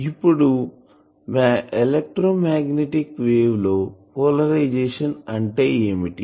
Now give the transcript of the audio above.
ఇప్పుడు electromagnetic wave లో polarisation అంటే ఏమిటి